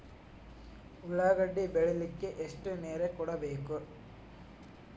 ಉಳ್ಳಾಗಡ್ಡಿ ಬೆಳಿಲಿಕ್ಕೆ ಎಷ್ಟು ನೇರ ಕೊಡಬೇಕು?